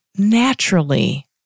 Naturally